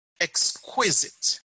exquisite